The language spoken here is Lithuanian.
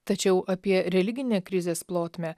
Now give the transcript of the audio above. tačiau apie religinę krizės plotmę